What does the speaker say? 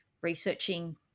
researching